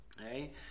Okay